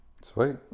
sweet